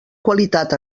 qualitat